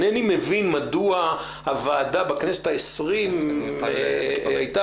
אינני מבין מדוע הוועדה בכנסת העשרים --- מאיר,